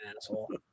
asshole